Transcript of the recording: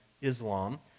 Islam